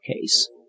case